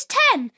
ten